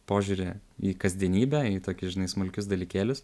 požiūrį į kasdienybę į tokį žinai smulkius dalykėlius